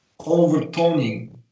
overtoning